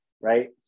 right